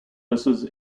verses